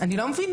אני לא מבינה,